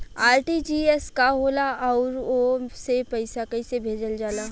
RTGS का होला आउरओ से पईसा कइसे भेजल जला?